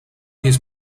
his